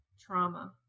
trauma